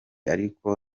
ariko